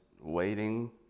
waiting